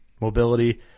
mobility